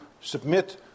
submit